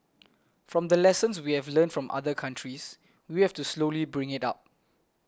from the lessons we have learnt from other countries we have to slowly bring it up